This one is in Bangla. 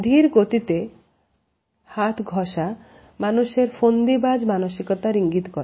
ধীরগতিতে হাত ঘষা মানুষের ফন্দিবাজ মানসিকতার ইঙ্গিত করে